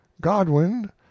godwin